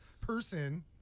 person